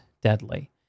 deadly